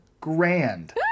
grand